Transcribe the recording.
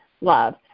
love